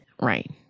Right